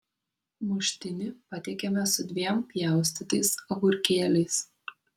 muštinį patiekiame su dviem pjaustytais agurkėliais